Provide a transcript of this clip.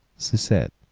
she said,